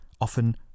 often